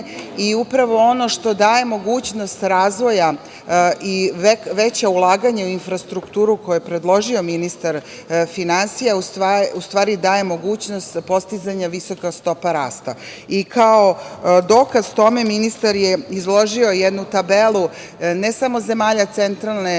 i upravo ono što daje mogućnost razvoja i veća ulaganja u infrastrukturu, koje je predložio ministar finansije, u stvari daje mogućnost za postizanje visoke stope rasta. Kao dokaz tome ministar je izložio jednu tabelu ne samo zemalja centralne